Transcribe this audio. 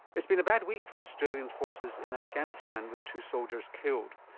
it's been a bad week for australian forces in afghanistan with two soldiers killed.